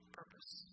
purpose